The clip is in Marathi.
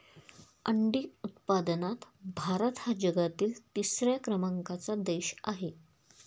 अंडी उत्पादनात भारत हा जगातील तिसऱ्या क्रमांकाचा देश आहे